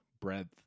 breadth